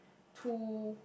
two